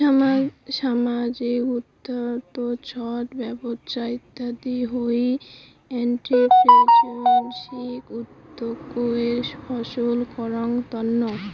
সামাজিক উদ্যক্তা, ছট ব্যবছা ইত্যাদি হউ এন্ট্রিপ্রেনিউরশিপ উদ্যোক্তাকে সফল করাঙ তন্ন